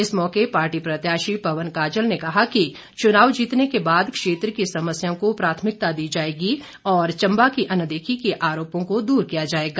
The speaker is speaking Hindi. इस मौके पार्टी प्रत्याशी पवन काजल ने कहा कि चुनाव जीतने के बाद क्षेत्र की समस्याओं को प्राथमिकता दी जाएगी और चम्बा की अनदेखी के आरोपों को दूर किया जाएगा